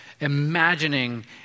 imagining